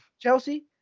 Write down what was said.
Chelsea